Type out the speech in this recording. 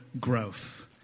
growth